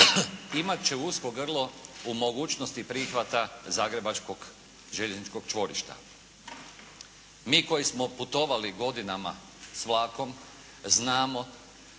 imat će usko grlo u mogućnosti prihvata zagrebačkog željezničkog čvorišta. Mi koji smo putovali godinama s vlakom znamo